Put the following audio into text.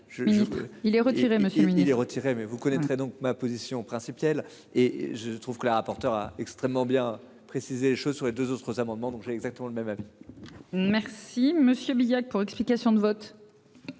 est retiré monsieur les retirer mais vous connaîtrez donc ma position principe ciel et je trouve que la rapporteure a extrêmement bien préciser les choses, sur les 2 autres amendements dont j'ai exactement le même avis. Merci monsieur Billac pour explication de vote.